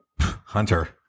Hunter